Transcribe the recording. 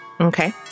Okay